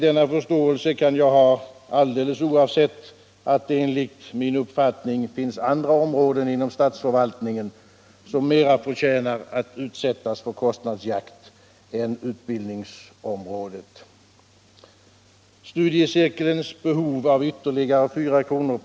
Denna förståelse kan jag ha alldeles oavsett att det enligt min uppfattning finns andra områden inom statsförvaltningen som mera förtjänar att utsättas för kostnadsjakt än utbildningsområdet. Studiecirkelns behov av ytterligare 4 kr.